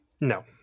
No